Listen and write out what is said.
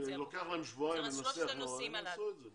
לוקח להם שבועיים לנסח נוהל, אבל הם יעשו את זה.